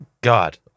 God